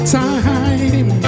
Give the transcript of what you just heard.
time